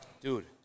Dude